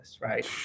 right